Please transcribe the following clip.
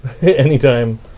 Anytime